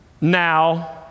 Now